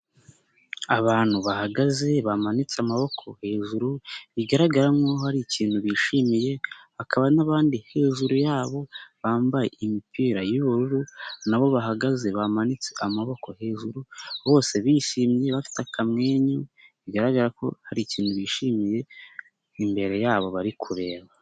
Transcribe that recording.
Abantu bahagaze bamanitse amaboko hejuru bigaragara nk'aho hari ikintu bishimiye, hakaba n'bandi hejuru yabo bambaye imipira y'ubururu n'abo bahagaze bamanitse amaboko hejuru, bose bishimye bafite akamwenyu, bigaragara ko hari ikintu bishimiye, imbere yabo bari kureba.